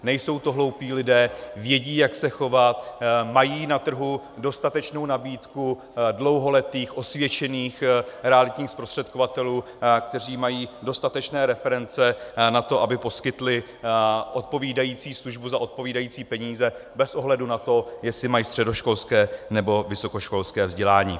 Nejsou to hloupí lidé, vědí, jak se chovat, mají na trhu dostatečnou nabídku dlouholetých osvědčených realitních zprostředkovatelů, kteří mají dostatečné reference na to, aby poskytli odpovídající službu za odpovídající peníze bez ohledu na to, jestli mají středoškolské nebo vysokoškolské vzdělání.